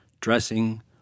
dressing